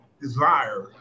desire